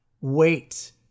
wait